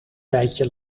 tijdje